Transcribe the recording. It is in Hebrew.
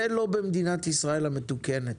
זה לא במדינת ישראל המתוקנת.